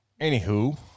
anywho